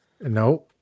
no